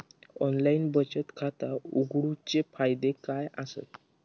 Online बचत खाता उघडूचे फायदे काय आसत?